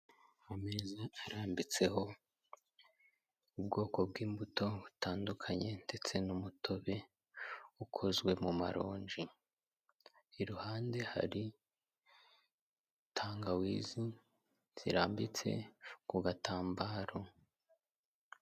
Ameza arambitseho ubwoko bw'imbuto butandukanye ndetse n'umutobe, ukozwe mu maronji, iruhande hari tangawizi zirambitse ku gatambaro.